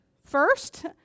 first